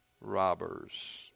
robbers